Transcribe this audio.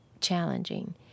challenging